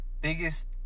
biggest